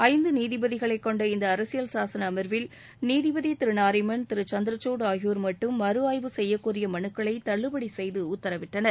ஐந்து நீதிபதிகளைக் கொண்ட இந்த அரசியல் சாசன அம்வில் நீதிபதி திரு நாரிமண் திரு சந்திரசூட் ஆகியோர் மட்டும் மறு ஆய்வு செய்யக்கோரிய மறுக்களை தள்ளுபடி செய்து உத்தரவிட்டனர்